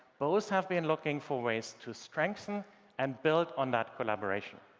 both have been looking for ways to strengthen and build on that collaboration.